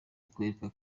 akwereka